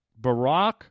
Barack